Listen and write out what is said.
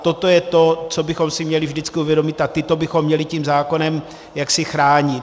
A toto je to, co bychom si měli vždycky uvědomit, a tyto bychom měli tím zákonem chránit.